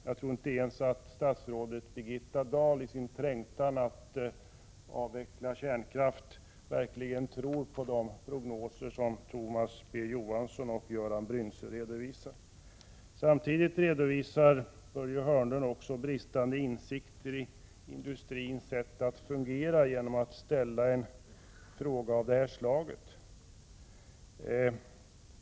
Jag tror inte ens att statsrådet Birgitta Dahl i sin trängtan att avveckla kärnkraften verkligen tror på de prognoser som Thomas B. Johansson och Göran Bryntze redovisar. Samtidigt avslöjar Börje Hörnlund bristande insikter i industrins sätt att fungera genom att ställa en interpellation av det här slaget.